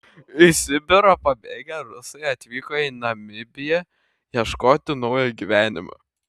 iš sibiro pabėgę rusai atvyko į namibiją ieškoti naujo gyvenimo